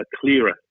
clearer